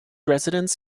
residents